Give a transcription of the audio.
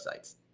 websites